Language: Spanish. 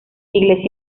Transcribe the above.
iglesia